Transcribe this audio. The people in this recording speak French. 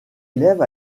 élève